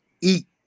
eat